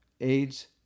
AIDS